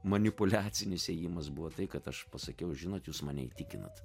manipuliacinis ėjimas buvo tai kad aš pasakiau žinot jūs mane įtikinot